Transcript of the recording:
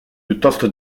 piuttosto